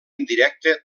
indirecte